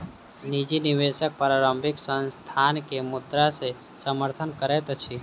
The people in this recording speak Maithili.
निजी निवेशक प्रारंभिक संस्थान के मुद्रा से समर्थन करैत अछि